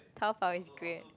Taobao is great